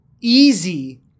easy